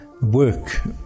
work